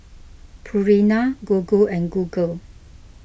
Purina Gogo and Google